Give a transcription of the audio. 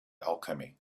alchemy